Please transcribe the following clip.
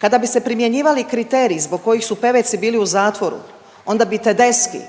Kada bi se primjenjivali kriteriji zbog kojih su Peveci bili u zatvoru onda bi TEdeschi,